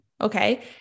okay